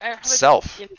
self